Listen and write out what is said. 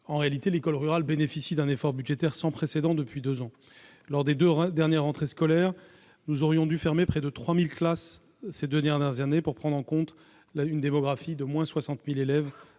En réalité, l'école rurale bénéficie d'un effort budgétaire sans précédent depuis deux ans. Lors des deux dernières rentrées scolaires, nous aurions dû fermer près de 3 000 classes pour prendre en compte une démographie en baisse de 60 000 élèves